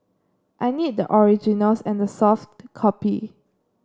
I need the originals and the soft copy